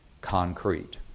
concrete